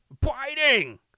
biting